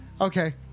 okay